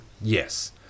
yes